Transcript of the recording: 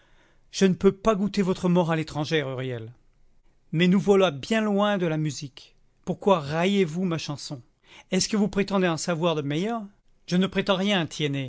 je ne peux pas goûter votre morale étrangère huriel mais nous voilà bien loin de la musique pourquoi raillez vous ma chanson est-ce que vous prétendez en savoir de meilleures je ne prétends rien